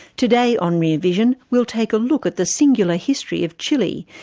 today on rear vision we'll take a look at the singular history of chile,